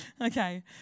Okay